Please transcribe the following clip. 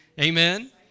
Amen